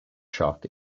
shock